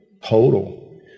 total